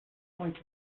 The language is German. heute